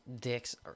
dicks